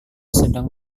sedang